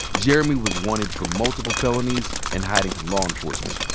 jeremy was wanted for multiple felonies and hiding from law enforcement.